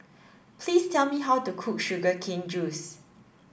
please tell me how to cook sugar cane juice